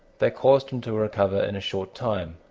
they caused him to recover in a short time.